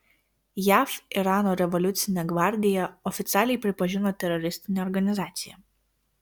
jav irano revoliucinę gvardiją oficialiai pripažino teroristine organizacija